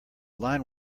line